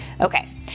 Okay